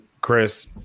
chris